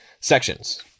sections